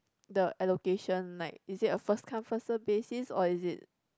the allocation like is it a first come first served basis or is it